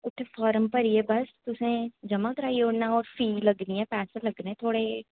उत्थे फार्म भरियै बस तुसें ज'मा कराई ओड़ना होर फीस लग्गनी ऐ पैसे लग्गने थोड़े जेह्